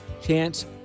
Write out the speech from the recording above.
chance